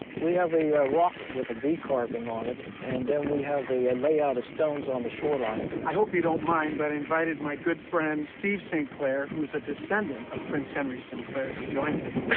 we have a rock with a v carving on it, and then we have a a layout of stones on the shoreline. i hope you don't mind, but i invited my good friend steve st. clair, who is a descendant of prince henry sinclair, to join us.